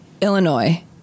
Illinois—